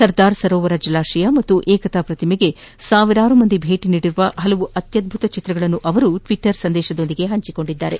ಸರ್ದಾರ್ ಸರೋವರ ಜಲಾಶಯ ಹಾಗೂ ಏಕತಾ ಪ್ರತಿಮೆಗೆ ಸಾವಿರಾರು ಜನ ಭೇಟಿ ನೀಡಿರುವ ಹಲವು ಅತ್ಯದ್ಬುತ ಚಿತ್ರಗಳನ್ನು ಅವರು ಟ್ವಿಟರ್ನಲ್ಲಿ ಹಂಚಿಕೊಂಡಿದ್ದಾರೆ